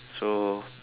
so